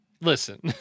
listen